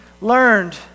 learned